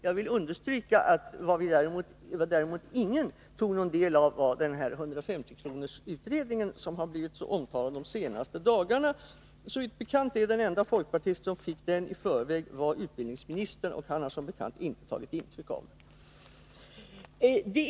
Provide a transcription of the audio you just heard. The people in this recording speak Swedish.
— Jag vill understryka att vad däremot ingen tog del av 107 var den 150-kronorsutredning som har blivit så omtalad de senaste dagarna. Såvitt det är bekant är utbildningsministern den enda folkpartisten som fått den utredningen i förväg, och han har som vi vet inte tagit intryck av den.